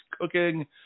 cooking